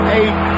eight